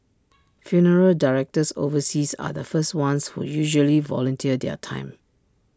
funeral directors overseas are the first ones who usually volunteer their time